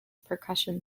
percussion